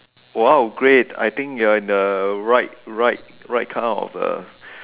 !wow! great I think you are in the right right right kind of uh